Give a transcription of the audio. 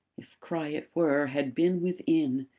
if cry it were, had been within,